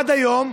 עד היום,